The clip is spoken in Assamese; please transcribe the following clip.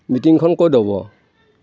মিটিঙখন ক'ত হ'ব